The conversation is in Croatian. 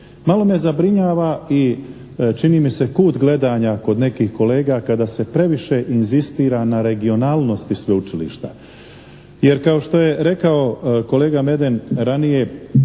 malo me zabrinjava i kut gledanja kod nekih kolega kada se previše inzistira na regionalnosti sveučilišta